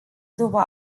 după